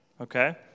okay